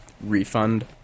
refund